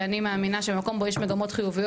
ואני מאמינה שבמקום בו מגמות חיוביות